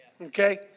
okay